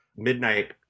midnight